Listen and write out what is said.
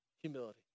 humility